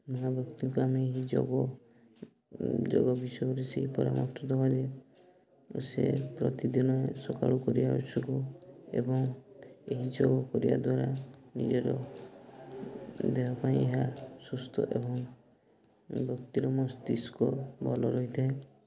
ମା ବ୍ୟକ୍ତିକୁ ଆମେ ଏହି ଯୋଗ ଯୋଗ ବିଷୟରେ ସେଇ ପରାମର୍ଶ ସେ ପ୍ରତିଦିନ ସକାଳୁ କରିବା ଆବଶ୍ୟକ ଏବଂ ଏହି ଯୋଗ କରିବା ଦ୍ୱାରା ନିଜର ଦେହ ପାଇଁ ଏହା ସୁସ୍ଥ ଏବଂ ବ୍ୟକ୍ତିର ମସ୍ତିଷ୍କ ଭଲ ରହିଥାଏ